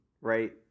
right